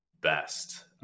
best